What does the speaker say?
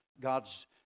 God's